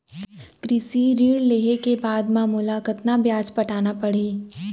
कृषि ऋण लेहे के बाद म मोला कतना ब्याज पटाना पड़ही?